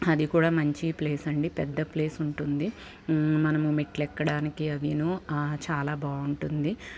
అది కూడా మంచి ప్లేస్ అండి పెద్ద ప్లేస్ ఉంటుంది మనం మెట్లు ఎక్కడానికి అదీనూ చాలా బాగుంటుంది